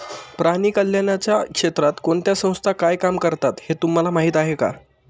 प्राणी कल्याणाच्या क्षेत्रात कोणत्या संस्था काय काम करतात हे तुम्हाला माहीत आहे का?